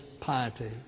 piety